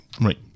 Right